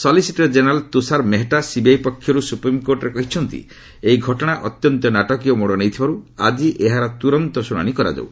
solicitor general Tushar Mehta CBI ପକ୍ଷର୍ ସୁପ୍ରିମ୍କୋର୍ଟରେ କହିଛନ୍ତି ଏହି ଘଟଣା ଅତ୍ୟନ୍ତ ନାଟକୀୟ ମୋଡ଼ ନେଇଥିବାରୁ ଆଜି ଏହାର ତୁରନ୍ତ ଶୁଣାଣି କରାଯାଉ